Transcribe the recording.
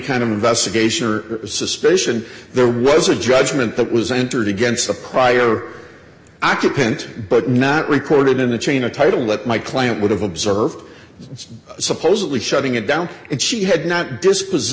kind of investigation or suspicion there was a judgment that was entered against the prior occupant but not recorded in the chain of title that my client would have observed supposedly shutting it down and she had not disclose